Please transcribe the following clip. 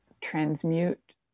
transmute